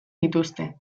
dituzte